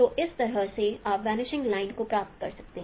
तो इस तरह से आप वनिशिंग लाइन को प्राप्त कर सकते हैं